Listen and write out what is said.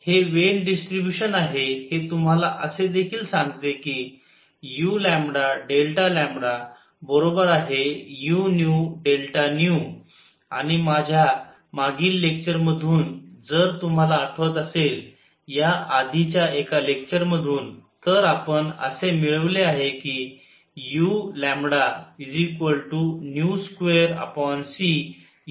हे Wien distribution आहे हे तुम्हाला असे देखील सांगते की uu आणि माझ्या मागील लेक्चर मधून जर तुम्हाला आठवत असेल या आधीच्या एका लेक्चर मधून तर आपण असे मिळवले आहे कि u2cu